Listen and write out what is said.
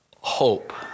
hope